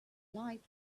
life